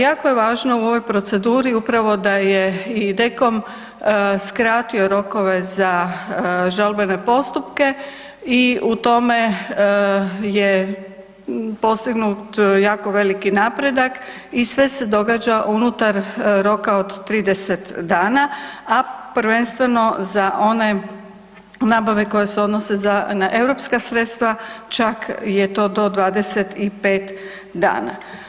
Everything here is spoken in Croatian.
Jako je važno u ovoj proceduri upravo da je i DKOM skratio rokove za žalbene postupke i u tome je postignut jako veliki napredak i sve se događa unutar roka od 30 dana, a prvenstveno za one nabave koje se odnose za, na europska sredstva čak je to do 25 dana.